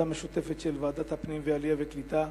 משותפת של ועדת הפנים וועדת העלייה והקליטה.